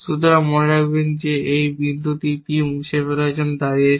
সুতরাং মনে রাখবেন এই বিন্দুটি P মুছে ফেলার জন্য দাঁড়িয়েছে